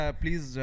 please